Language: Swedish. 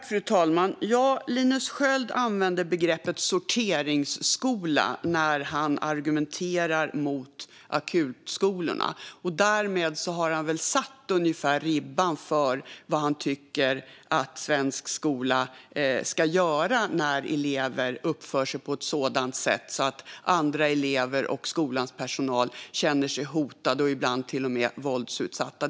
Fru talman! Linus Sköld använder begreppet sorteringsskola när han argumenterar mot akutskolorna. Där har han väl lagt ribban för vad han tycker att svensk skola ska göra när elever uppför sig på ett sådant sätt att andra elever och skolans personal känner sig hotade och ibland till och med våldsutsatta.